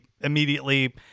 immediately